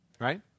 right